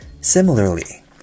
Similarly